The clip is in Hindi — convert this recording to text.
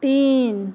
तीन